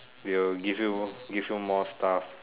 will give you give you more stuff